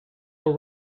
our